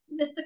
Mr